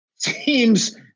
teams